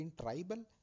tribal